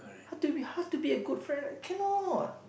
how to be how to be a good friend cannot